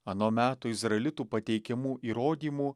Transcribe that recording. ano meto izraelitų pateikiamų įrodymų